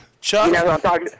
Chuck